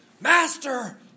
Master